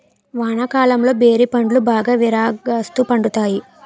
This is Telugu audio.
వానాకాలంలో బేరి పండ్లు బాగా విరాగాస్తు పండుతాయి